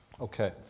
Okay